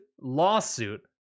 lawsuit